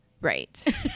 Right